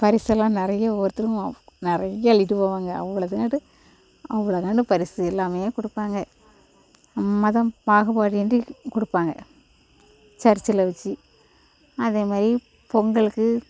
பரிசெல்லாம் நிறையா ஒவ்வொருத்தர் நிறைய அள்ளிட்டு போவாங்க அவங்கள கேட்டு அவங்கள பரிசு எல்லாம் கொடுப்பாங்க மதம் பாகுபாடின்றி கொடுப்பாங்க சர்ச்சில் வெச்சு அதே மாதிரி பொங்கலுக்கு